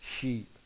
sheep